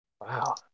Wow